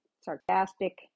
Sarcastic